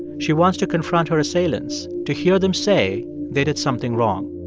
she wants to confront her assailants to hear them say they did something wrong.